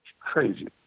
Crazy